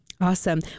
Awesome